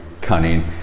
cunning